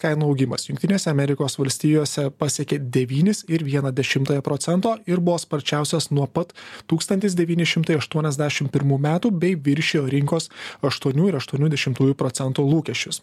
kainų augimas jungtinėse amerikos valstijose pasiekė devynis ir vieną dešimtąją procento ir buvo sparčiausias nuo pat tūkstantis devyni šimtai aštuoniasdešim pirmų metų bei viršijo rinkos aštuonių ir aštuonių dešimtųjų procentų lūkesčius